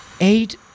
Eight